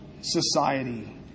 society